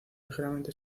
ligeramente